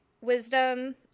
wisdom